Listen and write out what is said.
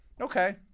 Okay